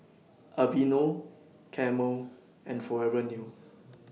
Aveeno Camel and Forever New